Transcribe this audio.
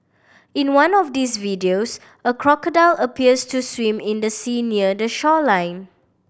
in one of these videos a crocodile appears to swim in the sea near the shoreline